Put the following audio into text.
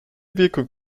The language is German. wirkung